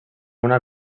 una